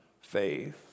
faith